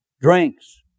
drinks